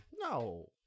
No